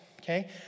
Okay